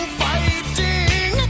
fighting